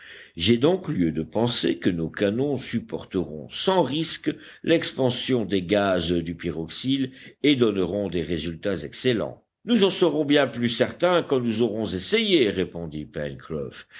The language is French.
j'ai donc lieu de penser que nos canons supporteront sans risque l'expansion des gaz du pyroxile et donneront des résultats excellents nous en serons bien plus certains quand nous aurons essayé répondit